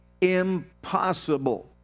impossible